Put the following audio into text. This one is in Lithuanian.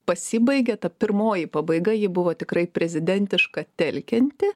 pasibaigė ta pirmoji pabaiga ji buvo tikrai prezidentiška telkianti